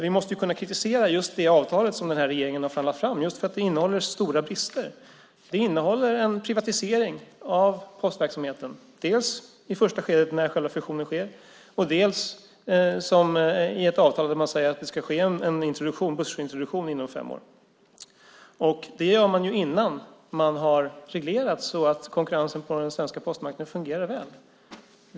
Vi måste kunna kritisera det avtal som den här regeringen har förhandlat fram just för att det innehåller stora brister. Det innehåller en privatisering av postverksamheten dels i första skedet när själva fusionen sker, dels i ett avtal där man säger att det ska ske en börsintroduktion inom fem år. Det gör man innan man har reglerat så att konkurrensen på den svenska postmarknaden fungerar väl.